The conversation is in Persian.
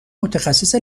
متخصص